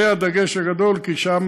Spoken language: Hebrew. זה הדגש הגדול, כי שם